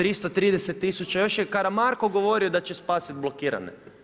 330 tisuća, još je Karamarko govorio da će spasiti blokirane.